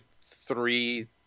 three